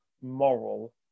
moral